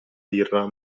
birra